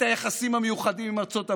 את היחסים המיוחדים עם ארצות הברית,